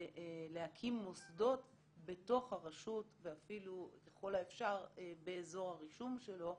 ולהקים מוסדות בתוך הרשות ואפילו ככל האפשר באזור הרישום שלו,